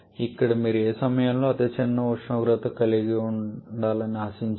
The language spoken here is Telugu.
ఇక్కడ మీరు ఏ సమయంలో అతిచిన్న ఉష్ణోగ్రత కలిగి ఉండాలని ఆశించారు